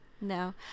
no